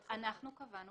לא יכול להיות שהם יקבלו